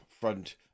front